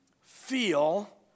feel